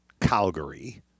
Calgary